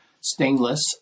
Stainless